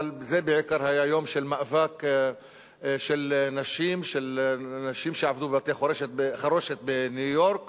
אבל זה בעיקר היה יום של מאבק של נשים שעבדו בבתי-חרושת בניו-יורק